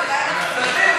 יישר